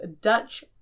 Dutch